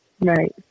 Right